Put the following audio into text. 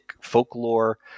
folklore